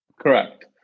Correct